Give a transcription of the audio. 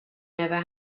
never